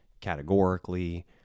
categorically